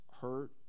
hurt